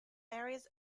areas